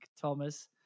Thomas